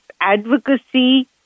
advocacy